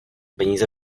peníze